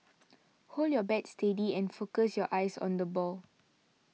hold your bat steady and focus your eyes on the ball